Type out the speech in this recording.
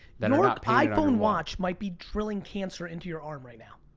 that are not iphone watch might be drilling cancer into your arm right now.